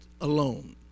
alone